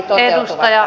arvoisa puhemies